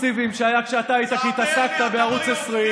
תגיד אתה דבר אחד.